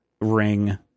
ring